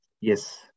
Yes